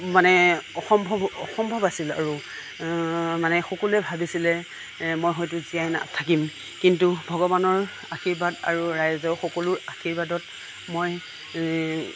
মানে অসম্ভৱ অসম্ভৱ আছিল আৰু মানে সকলোৱে ভাবিছিলে এ মই হয়তো জীয়াই নাথাকিম কিন্তু ভগৱানৰ আশীৰ্বাদ আৰু ৰাইজৰ সকলোৰে আশীৰ্বাদত মই